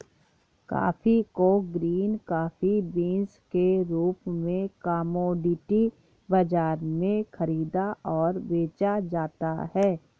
coffee को green coffee beans के रूप में कॉमोडिटी बाजारों में खरीदा और बेचा जाता है